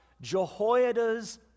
Jehoiada's